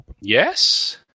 Yes